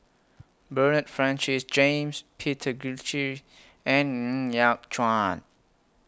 Bernard Francis James Peter Gilchrist and Ng Yat Chuan